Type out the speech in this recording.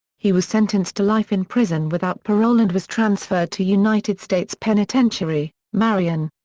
he was sentenced to life in prison without parole and was transferred to united states penitentiary, marion.